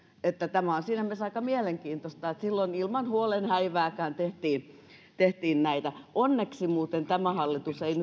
että tämä on siinä mielessä aika mielenkiintoista että silloin ilman huolen häivääkään tehtiin tehtiin näitä onneksi muuten tämä hallitus ei